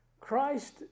Christ